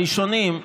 הראשונים,